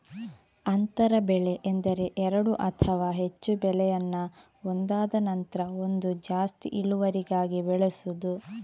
ಅಂತರ ಬೆಳೆ ಎಂದರೆ ಎರಡು ಅಥವಾ ಹೆಚ್ಚು ಬೆಳೆಯನ್ನ ಒಂದಾದ ನಂತ್ರ ಒಂದು ಜಾಸ್ತಿ ಇಳುವರಿಗಾಗಿ ಬೆಳೆಸುದು